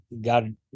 God